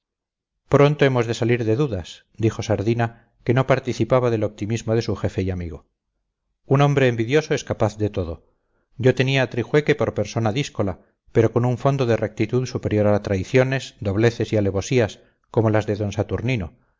pronto hemos de salir de dudas dijo sardina que no participaba del optimismo de su jefe y amigo un hombre envidioso es capaz de todo yo tenía a trijueque por persona díscola pero con un fondo de rectitud superior a traiciones dobleces y alevosías como las de d saturnino